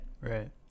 Right